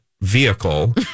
vehicle